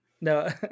No